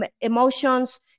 emotions